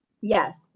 Yes